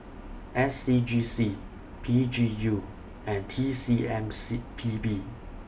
S C G C P G U and T C M C P B